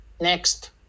next